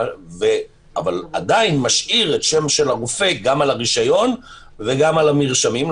אבל עדיין משאיר את השם של הרופא גם על הרישיון וגם על המרשמים,